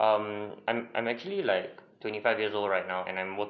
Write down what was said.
um I'm I'm actually like twenty five years old right now and I'm